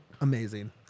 amazing